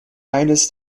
eines